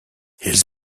his